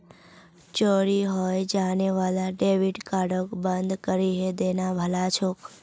चोरी हाएं जाने वाला डेबिट कार्डक बंद करिहें देना भला छोक